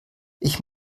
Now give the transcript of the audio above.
ich